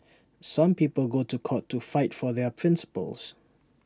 some people go to court to fight for their principles